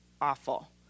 awful